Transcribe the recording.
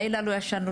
לילה לא ישנו,